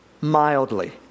mildly